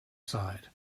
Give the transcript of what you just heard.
side